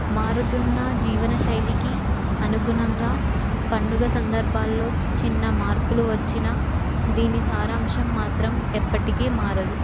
మారుతున్న జీవన శైలికి అనుగుణంగా పండుగ సందర్భాలలో చిన్న మార్పులు వచ్చిన దీని సారాంశం మాత్రం ఎప్పటికి మారదు